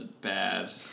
bad